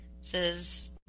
says